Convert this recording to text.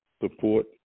support